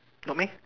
got meh